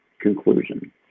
conclusion